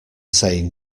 saying